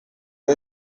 are